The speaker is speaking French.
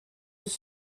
aux